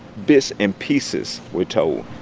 bits and pieces were told,